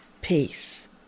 peace